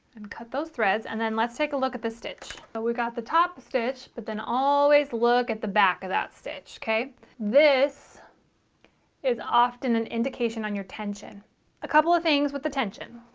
and cut those threads and then let's take a look at the stitch so but we got the top stitch but then always look at the back of that stitch okay this is often an indication on your tension a couple of things with the tension.